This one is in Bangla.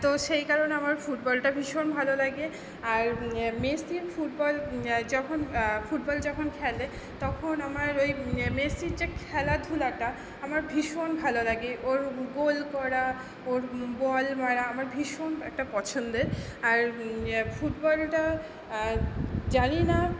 তো সেই কারণে আমার ফুটবলটা ভীষণ ভালো লাগে আর মেসির ফুটবল যখন ফুটবল যখন খেলে তখন আমার ওই মেসির যে খেলাধুলাটা আমার ভীষণ ভালো লাগে ওর গোল করা ওর বল মারা আমার ভীষণ একটা পছন্দের আর ফুটবলটা জানি না